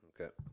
Okay